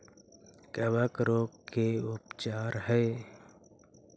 कबक रोग के का उपचार है?